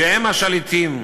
שהם השליטים,